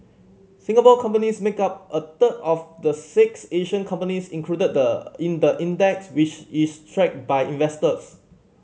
Singapore companies make up a third of the six Asian companies included the in the index which is tracked by investors